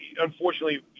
unfortunately